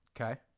Okay